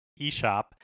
eShop